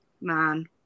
man